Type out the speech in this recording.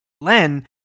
Len